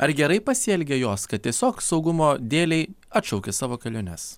ar gerai pasielgė jos kad tiesiog saugumo dėlei atšaukė savo keliones